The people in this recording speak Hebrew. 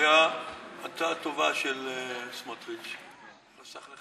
של חבר